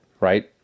right